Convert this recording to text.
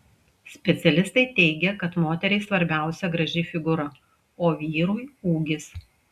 specialistai teigia kad moteriai svarbiausia graži figūra o vyrui ūgis